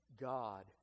God